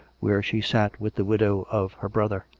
where she sat with the widow of her brother.